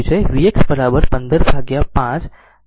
તેથી આ તે અહીં કર્યું છે vx 1515